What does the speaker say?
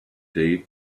day